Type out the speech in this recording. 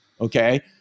Okay